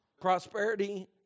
Prosperity